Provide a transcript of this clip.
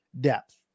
depth